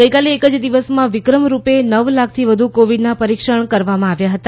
ગઇકાલે એક જ દિવસમાં વિક્રમરૂપ નવ લાખથી વધુ કોવીડના પરીક્ષણ કરવામાં આવ્યા હતા